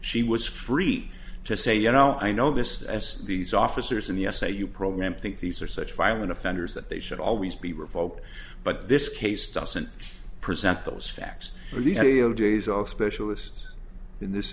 she was free to say you know i know this as these officers in the essay you program think these are such violent offenders that they should always be revoked but this case doesn't present those facts but these days of specialists in this